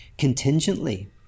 Contingently